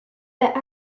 that